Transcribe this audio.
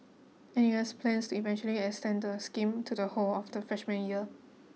N U S plans to eventually extend the scheme to the whole of the freshman year